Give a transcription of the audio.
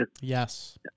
Yes